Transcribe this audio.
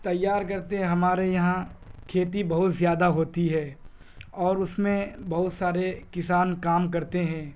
تیار کرتے ہیں ہمارے یہاں کھیتی بہت زیادہ ہوتی ہے اور اس میں بہت سارے کسان کام کرتے ہیں